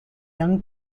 young